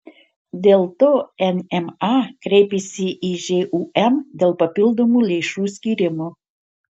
dėl to nma kreipėsi į žūm dėl papildomų lėšų skyrimo